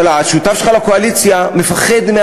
אבל השותף שלך לקואליציה מפחד.